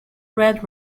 red